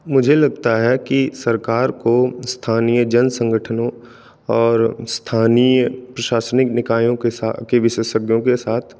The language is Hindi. मुझे लगता है कि सरकार को स्थानीय जन संगठनों और स्थानीय प्रशासनिक निकायों के के विशेषज्ञों के साथ